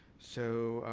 so,